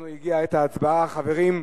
חברים,